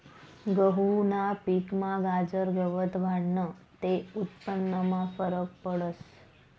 गहूना पिकमा गाजर गवत वाढनं ते उत्पन्नमा फरक पडस